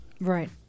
right